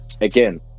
again